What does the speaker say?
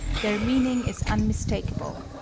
their meaning is unmistakable.